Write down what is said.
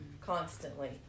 constantly